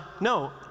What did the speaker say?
no